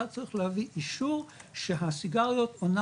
אתה צריך להביא אישור שהסיגריות עונה